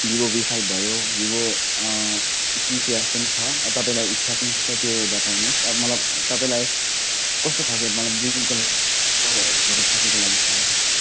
Vivo V five भयो Vivo C twelve पनि छ तपाईँलाई इच्छा कुन चाहिँ छ त्यो बताउनुहोस् अब मलाई तपाईँलाई कस्तो खालके मतलब गेमिङको लागि हो फोटोग्राफीको लागि चाहिएको